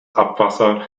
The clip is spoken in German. abwasser